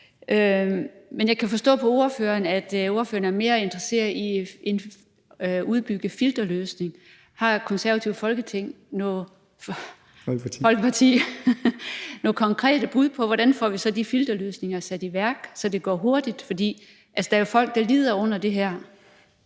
Men jeg kan forstå på ordføreren, at ordføreren er mere interesseret i at udbygge en filterløsning. Har Det Konservative Folkeparti nogle konkrete bud på, hvordan vi så får de filterløsninger sat i værk, så det går hurtigt? Der er jo folk, der lider under det her.